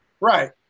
Right